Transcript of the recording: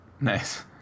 Nice